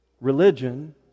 religion